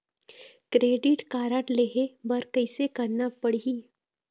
Credit card लेहे बर कैसे करना पड़ही?